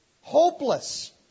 hopeless